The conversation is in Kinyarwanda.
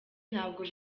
ntabwo